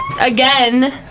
again